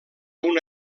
una